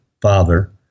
father